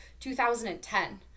2010